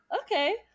okay